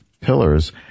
pillars